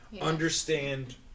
understand